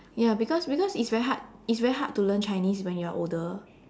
ya because because it's very hard it's very hard to learn Chinese when you're older